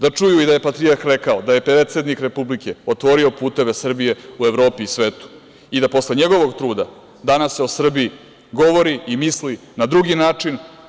Da čuju i da je patrijarh rekao da je predsednik Republike otvorio puteve Srbije u Evropi i svetu i da posle njegovog truda danas se o Srbiji govori i misli na drugi način.